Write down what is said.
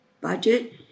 budget